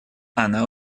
она